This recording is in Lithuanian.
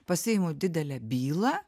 pasiimu didelę bylą